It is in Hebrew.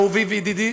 אהובי וידידי,